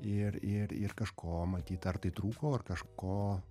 ir ir ir kažko matyt ar tai trūko ar kažko